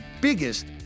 biggest